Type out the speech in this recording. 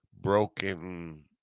broken